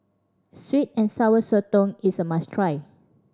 sweet and Sour Sotong is a must try